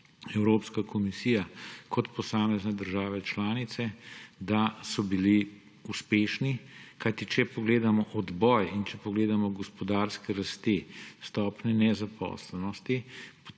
Evropska komisija kot posamezne države članice, bili uspešni. Če pogledamo odboj in če pogledamo gospodarske rasti, stopnje nezaposlenosti,